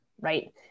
right